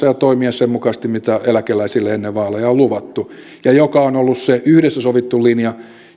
ja toimia sen mukaisesti mitä eläkeläisille ennen vaaleja on luvattu ja mikä on ollut se yhdessä sovittu linja